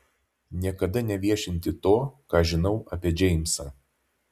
niekada neviešinti to ką žinau apie džeimsą